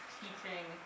teaching